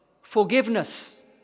Forgiveness